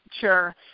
Sure